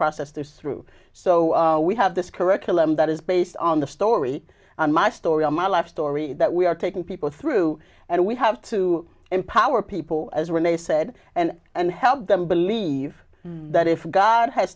process there through so we have this curriculum that is based on the story and my story or my life story that we are taking people through and we have to empower people as rene said and and help them believe that if god has